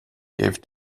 gave